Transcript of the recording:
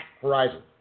horizon